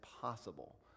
possible